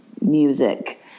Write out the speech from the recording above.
music